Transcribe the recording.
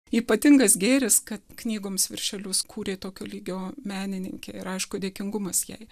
ypatingas gėris kad knygoms viršelius kūrė tokio lygio menininkė ir aišku dėkingumas jai